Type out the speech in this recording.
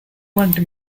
want